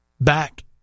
Back